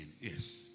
Yes